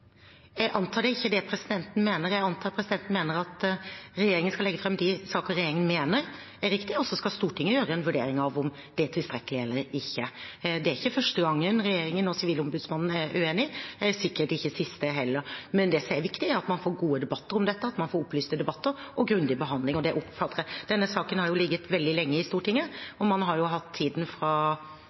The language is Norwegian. Jeg antar det ikke er det representanten mener. Jeg antar at representanten mener at regjeringen skal legge fram de sakene regjeringen mener er riktige, og så skal Stortinget gjøre en vurdering av om det er tilstrekkelig eller ikke. Det er ikke første gang regjeringen og Sivilombudsmannen er uenige, og det er sikkert ikke siste heller. Men det som er viktig, er at man får gode debatter om dette, at man får opplyste debatter og grundig behandling. Denne saken har jo ligget veldig lenge i Stortinget, og man har vel hatt tiden fra